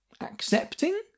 Accepting